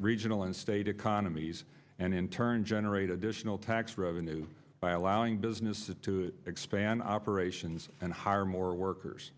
regional and state economies and in turn generate additional tax revenue by allowing businesses to expand operations and hire more workers